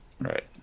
right